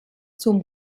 zum